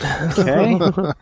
Okay